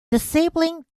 disabling